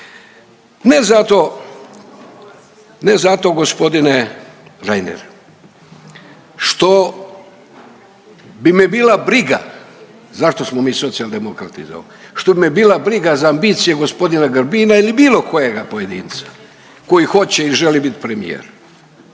iza ovog. Što bi me bila briga za ambicije gospodina Grbina ili bilo kojega pojedinca koji hoće i želi bit premijer.